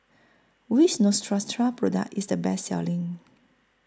Which Neostrata Product IS The Best Selling